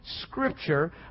Scripture